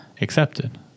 Accepted